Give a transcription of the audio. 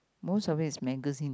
most of it is magazines